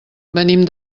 venim